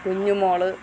Kunjumol